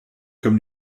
comme